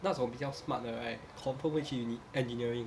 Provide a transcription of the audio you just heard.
那种比较 smart 的 right confirm 会去 uni~ engineering